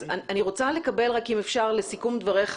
אני רוצה לקבל לסיכום דבריך,